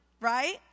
right